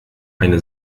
eine